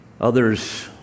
others